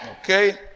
Okay